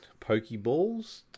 Pokeballs